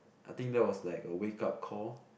I think that was like a wake up call